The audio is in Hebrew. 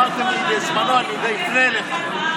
ואמרתם לי בזמנו שאני אפנה אליך.